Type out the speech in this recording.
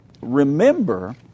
remember